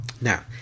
Now